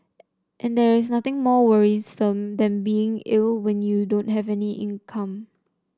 and there's nothing more worrisome than being ill when you don't have any income